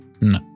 No